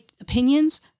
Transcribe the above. opinions